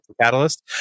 catalyst